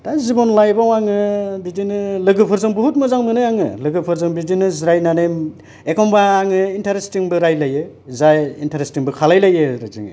दा जिबन लाइफ आव आङो बिदिनो लोगोफोरजों बहुत मोजां मोनो आङो लोगोफोरजों बिदिनो जिरायनानै एखनब्ला आङो इन्टारेस्टिं बो रायलायो जाय इन्टारेस्टिं बो खालामलायो आरो जोङो